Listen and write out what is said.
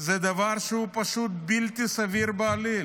זה דבר שהוא פשוט בלתי סביר בעליל.